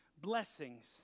blessings